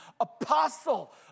apostle